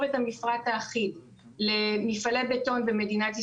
את המפרט האחיד למפעלי בטון במדינת ישראל,